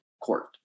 court